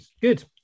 Good